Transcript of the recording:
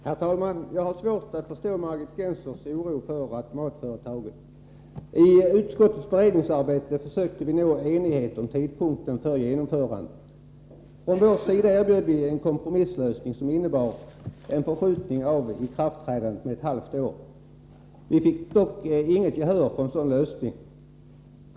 Herr talman! Jag har svårt att förstå Margit Gennsers oro för konsekvenserna för automatföretagen. I utskottets beredningsarbete försökte vi nå enighet om tidpunkten för genomförandet. Vi erbjöd från vår sida en kompromisslösning som innebar en förskjutning av ikraftträdandet med ett halvår. Vi fick dock inget gehör för en sådan lösning.